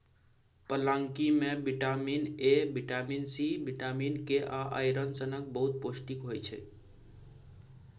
पलांकी मे vitamin A, vitamin C, vitamin K आ आइरन सनक बहुत पौष्टिक होइ छै